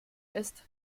ist